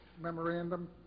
memorandum